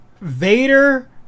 Vader